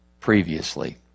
previously